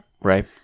right